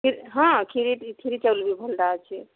ହଁ କ୍ଷୀରି ଚାଉଲ ବି ଭଲ୍ଟା ଅଛି